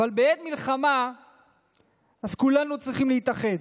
אבל בעת מלחמה כולנו צריכים להתאחד.